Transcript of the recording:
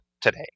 today